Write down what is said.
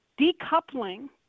decoupling